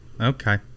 Okay